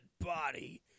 body